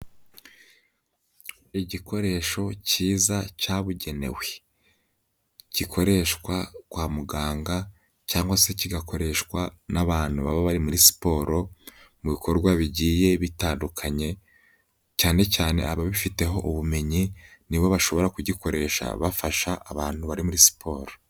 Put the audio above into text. Igikoresho cyiza cyabugenewe gikoreshwa kwa muganga cyangwa se kigakoreshwa n'abantu baba bari muri siporo mu bikorwa bigiye bitandukanye, cyane cyane ababifiteho ubumenyi ni bo bashobora kugikoresha bafasha abantu bari muri siporo.